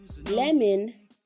lemon